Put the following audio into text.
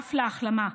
ואף להחלמה.